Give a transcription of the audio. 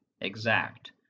exact